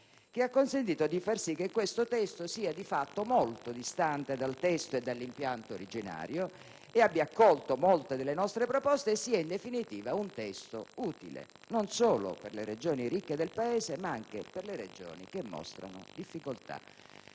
che ha fatto sì che il testo in esame sia di fatto molto distante dal testo e dall'impianto originario, abbia accolto molte delle nostre proposte e sia, in definitiva, un testo utile non solo per le Regioni ricche del Paese, ma anche per quelle che mostrano difficoltà.